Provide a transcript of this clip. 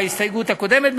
בהסתייגות הקודמת,